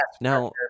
Now